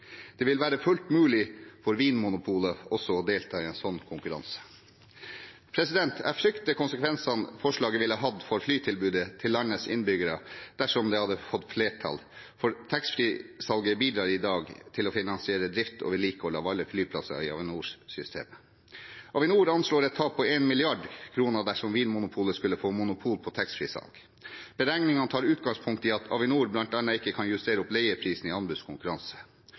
Det vil være fullt mulig for Vinmonopolet også å delta i en sånn konkurranse. Jeg frykter konsekvensene forslaget ville hatt for flytilbudet til landets innbyggere dersom det hadde fått flertall, for taxfree-salget bidrar i dag til å finansiere drift og vedlikehold av alle flyplasser i Avinor-systemet. Avinor anslår et tap på 1 mrd. kr dersom Vinmonopolet skulle få monopol på taxfree-salg. Beregningene tar utgangspunktet i at Avinor bl.a. ikke kan justere opp leieprisen i anbudskonkurranse,